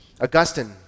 Augustine